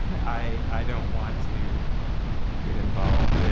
i don't want to get involved.